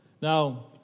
Now